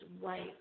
white